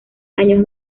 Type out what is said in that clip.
años